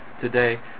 today